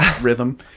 rhythm